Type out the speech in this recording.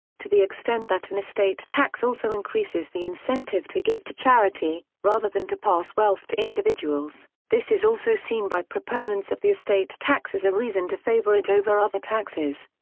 to the extent that an estate tax also increases the incentive to give to charity, rather than to pass wealth to individuals, this is also seen by proponents of the estate tax as a reason to favor it over other taxes.